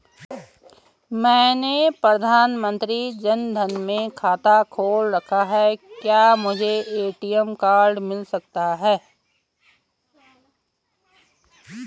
मैंने प्रधानमंत्री जन धन में खाता खोल रखा है क्या मुझे ए.टी.एम कार्ड मिल सकता है?